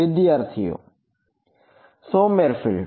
વિદ્યાર્થી સોમરફેલ્ડ